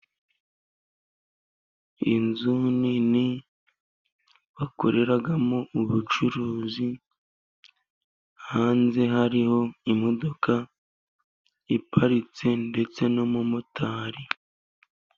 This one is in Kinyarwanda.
Inzu nini bakoreramo ubucuruzi, hanze hariho imodoka iparitse ndetse n'umumotari.